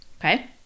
Okay